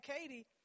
Katie